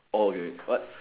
okay but